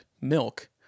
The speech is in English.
milk